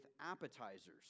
appetizers